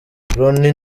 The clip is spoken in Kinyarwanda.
ronnie